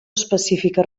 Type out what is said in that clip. específica